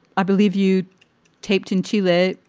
i believe you'd taped in tillett.